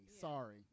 Sorry